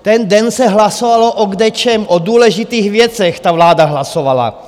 Ten den se hlasovalo o kdečem, o důležitých věcech ta vláda hlasovala.